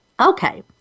Okay